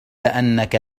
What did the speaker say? أنك